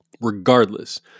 Regardless